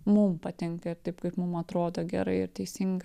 mum patinka ir taip kaip mum atrodo gerai ir teisinga